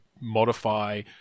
modify